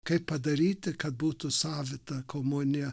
kaip padaryti kad būtų savita komunija